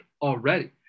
already